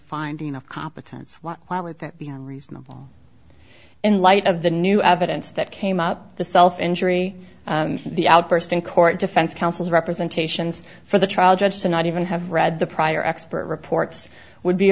finding of competence why would that be reasonable in light of the new evidence that came up the self injury the outburst in court defense counsel's representations for the trial judge to not even have read the prior expert reports would be